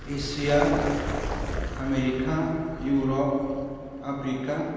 Asia America Europe Africa